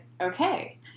okay